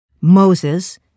Moses